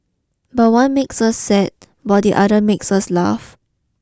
but one makes us sad while the other makes us laugh